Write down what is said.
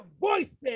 voices